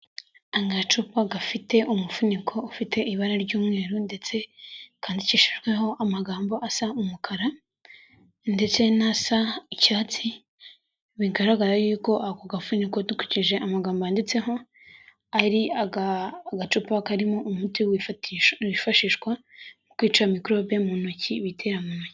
Agacupa gafite umufuniko ufite ibara ry'umweru, ndetse kandikishijweho amagambo asa umukara ndetse n'asa icyatsi, bigaragara y'uko ako gafuniko dukurikije amagambo yanditsehol, ari agacupa karimo umuti wifashishwa mu kwica mikorobe mu ntoki bitera mu ntoki.